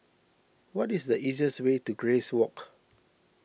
what is the easiest way to Grace Walk